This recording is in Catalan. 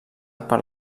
per